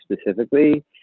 specifically